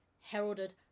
heralded